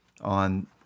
on